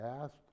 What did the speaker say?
asked